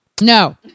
No